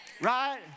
right